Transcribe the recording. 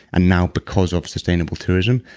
and now because of sustainable tourism,